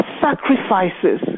sacrifices